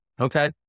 Okay